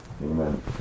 Amen